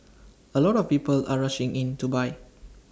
A lot of people are rushing in to buy